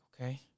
Okay